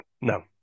No